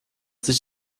sich